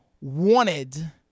wanted